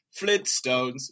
Flintstones